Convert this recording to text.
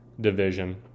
division